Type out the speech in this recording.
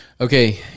okay